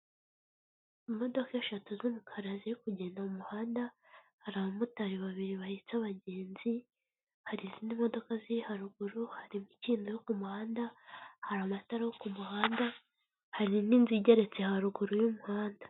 Imodoka eshatu z'umukara ziri kugenda mu muhanda hari abamotari babiri bahetse abagenzi, hari izindi modoka ziri haruguru, hari igenda ku muhanda hari amatara ku muhanda, hari n'inzi igeretse haruguru y'umuhanda.